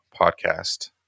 podcast